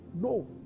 No